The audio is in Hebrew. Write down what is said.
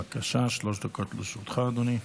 בבקשה, שלוש דקות לרשותך, אדוני.